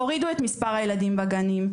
תורידו את מספר הילדים בגנים,